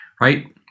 right